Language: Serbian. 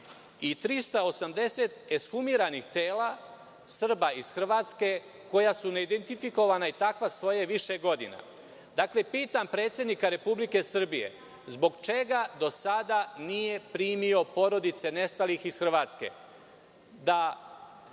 i 380 eshumiranih tela Srba iz Hrvatske koja su neidentifikovana i takva stoje više godina. Pitam predsednika Republike Srbije – zbog čega do sada nije primio porodice nestalih iz Hrvatske? Da